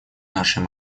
нашей